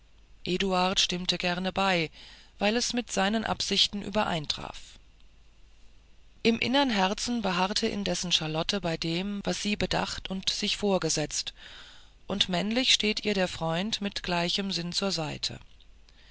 stimmte gern bei weil es mit seinen absichten übereintraf im innern herzen beharrt indessen charlotte bei dem was sie bedacht und sich vorgesetzt und männlich steht ihr der freund mit gleichem sinn zur seite